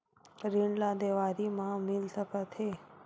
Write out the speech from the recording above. ऋण ला देवारी मा मिल सकत हे